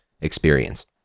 experience